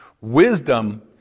Wisdom